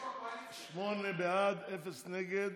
שמונה בעד, אין מתנגדים,